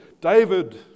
David